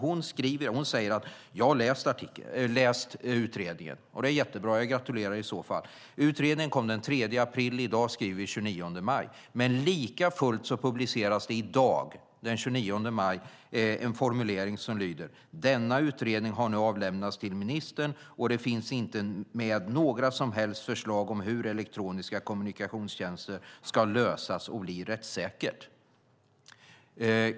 Hon skriver att hon har läst utredningen. Det är jättebra. Jag gratulerar i så fall. Utredningen kom den 3 april. I dag skriver vi den 29 maj. Likafullt publiceras det i dag, den 29 maj, en formulering som lyder: "Denna utredning har nu avlämnats till minister och det finns inte med några som helst förslag om hur elektroniska kommunikationstjänster ska lösas och bli rättssäkert."